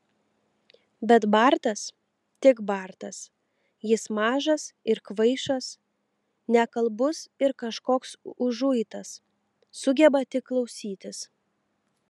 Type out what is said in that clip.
bet bartas tik bartas jis mažas ir kvaišas nekalbus ir kažkoks užuitas sugeba tik klausytis